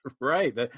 right